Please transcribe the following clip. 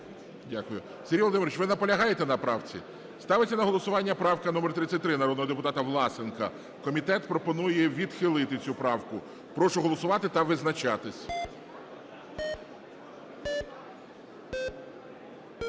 Дякую. Сергій Володимирович, ви наполягаєте на правці? Ставиться на голосування правка номер 33 народного депутата Власенка. Комітет пропонує відхилити цю правку. Прошу голосувати та визначатись.